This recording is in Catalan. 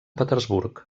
petersburg